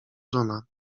żona